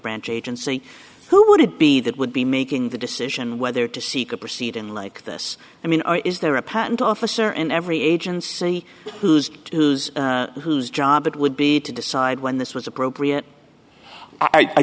branch agency who would it be that would be making the decision whether to seek a proceeding like this i mean is there a patent officer in every agency whose is whose job it would be to decide when this was appropriate i